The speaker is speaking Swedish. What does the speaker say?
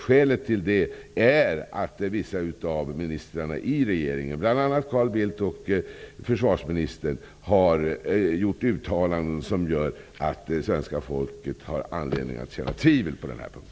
Skälet till det är att vissa av ministrarna i regeringen, bl.a. Carl Bildt och försvarsministern, har gjort uttalanden som gör att svenska folket har anledning att känna tvivel på denna punkt.